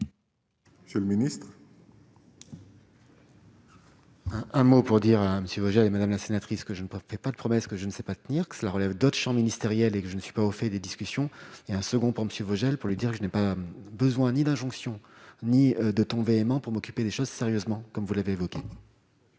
C'est le ministre. Un mot pour dire un petit peu, madame la sénatrice, que je ne portais pas de promesses que je ne sais pas tenir que cela relève d'autres champs ministériels et que je ne suis pas au fait des discussions il y a un second par Monsieur Vogel pour lui dire que je n'ai pas besoin ni d'injonction, ni de ton véhément pour m'occuper des choses sérieusement, comme vous l'avez évoqué.